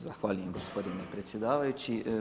Zahvaljujem gospodine predsjedavajući.